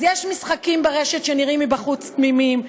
אז יש משחקים ברשת שנראים מבחוץ תמימים,